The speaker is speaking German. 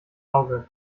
auge